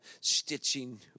stitching